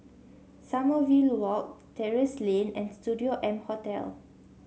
Sommerville Walk Terrasse Lane and Studio M Hotel